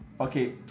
Okay